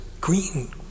green